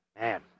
Man